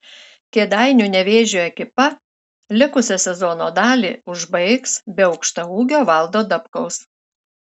kėdainių nevėžio ekipa likusią sezono dalį užbaigs be aukštaūgio valdo dabkaus